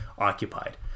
occupied